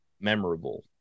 memorable